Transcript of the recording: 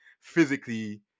physically